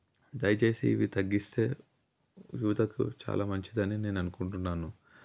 దయచేసి ఇవి తగ్గిస్తే యువతకు చాలా మంచిదని నేను అనుకుంటున్నాను